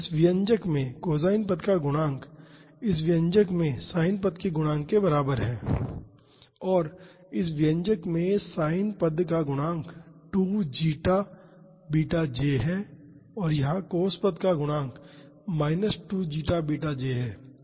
इस व्यंजक में कोसाइन पद का गुणांक इस व्यंजक में साइन पद के गुणांक के बराबर है और इस व्यंजक में साइन पद का यह गुणांक 2 जीटा बीटा j है और यहां cos पद का गुणांक माइनस 2 जीटा बीटा j है